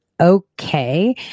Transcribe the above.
okay